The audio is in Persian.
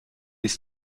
است